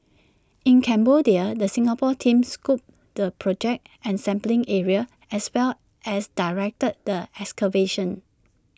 in Cambodia the Singapore team scoped the project and sampling area as well as directed the excavation